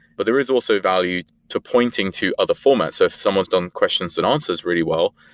but there is also value to pointing to other formats. so if someone's done questions and answers really well,